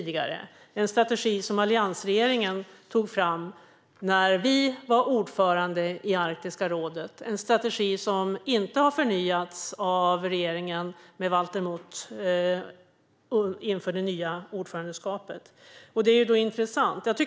Det är en strategi som alliansregeringen tog fram när vi var ordförande i Arktiska rådet. Det är en strategi som inte har förnyats av regeringen eller Valter Mutt inför det nya ordförandeskapet. Det är intressant. Fru talman!